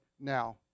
now